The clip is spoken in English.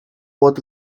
what